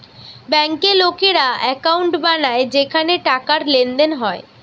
বেঙ্কে লোকেরা একাউন্ট বানায় যেখানে টাকার লেনদেন হয়